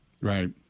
Right